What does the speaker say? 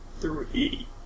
three